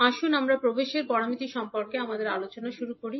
আসুন আমরা প্রবেশের প্যারামিটার সম্পর্কে আমাদের আলোচনা শুরু করি